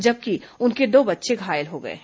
जबकि उनके दो बच्चे घायल हो गए हैं